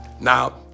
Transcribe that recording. Now